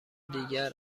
دیگر